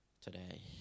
today